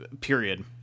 period